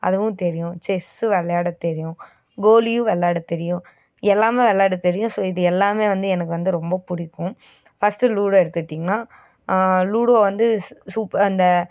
அதுவும் தெரியும் செஸ்ஸு விளையாடத் தெரியும் கோலியும் விளையாடத் தெரியும் எல்லாமே விளையாடத் தெரியும் ஸோ இது எல்லாமே வந்து எனக்கு வந்து ரொம்ப பிடிக்கும் ஃபஸ்ட்டு லூடோ எடுத்துகிட்டீங்கன்னா லூடோ வந்து ஸ் சூப்ப அந்த